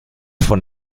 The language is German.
von